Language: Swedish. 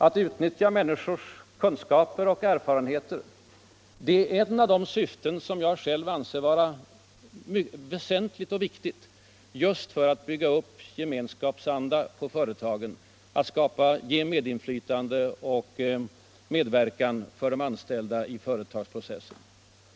Att utnyttja människors kunskaper och erfarenheter är ett av de syften som jag själv anser vara väsentliga då det gäller att bygga upp en gemenskapsanda på företagen, att ge medinflytande för de anställda och medverkan i företagsprocessen.